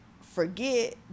forget